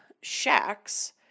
shacks